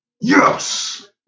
Yes